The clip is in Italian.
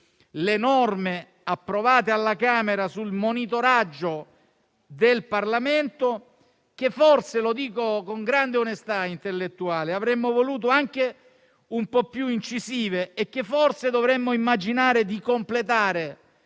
Le norme approvate alla Camera sul monitoraggio da parte del Parlamento, che forse - lo dico con grande onestà intellettuale - avremmo voluto anche un po' più incisive e che forse dovremo immaginare di completare